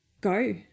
Go